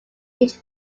each